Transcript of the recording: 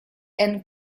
and